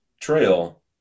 trail